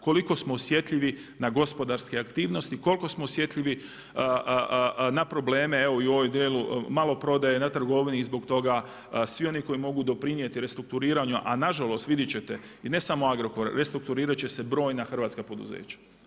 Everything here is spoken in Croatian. Koliko smo osjetljivi na gospodarske aktivnosti, koliko smo osjetljivi na probleme, evo i u ovom djelu maloprodaje, na trgovini i zbog toga svi oni koji mogu doprinijeti restrukturiranju a nažalost, vidjet ćete , i ne samo Agrokor, restrukturirat će se brojna hrvatska poduzeća.